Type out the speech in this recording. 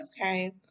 Okay